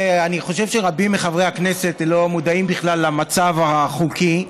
אני חושב שרבים מחברי הכנסת לא מודעים בכלל למצב החוקי,